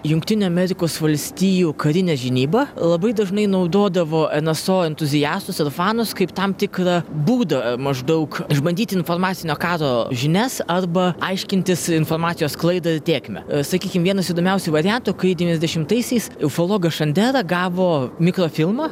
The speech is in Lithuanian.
jungtinių amerikos valstijų karinė žinyba labai dažnai naudodavo nso entuziastus ir fanus kaip tam tikrą būdą maždaug išbandyti informacinio karo žinias arba aiškintis informacijos sklaidą ir tėkmę sakykim vienas įdomiausių variantų kai devyniasdešimtaisiais ufologas šandera gavo mikrofilmą